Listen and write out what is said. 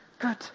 Good